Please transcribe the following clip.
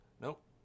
Nope